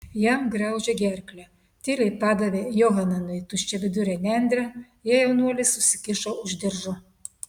jam gniaužė gerklę tyliai padavė johananui tuščiavidurę nendrę ją jaunuolis užsikišo už diržo